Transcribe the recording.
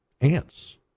ants